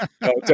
No